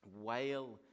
wail